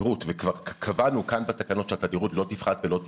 וכבר קבענו כאן בתקנות שהתדירות לא תפחת ולא תשנה,